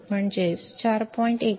136 1 4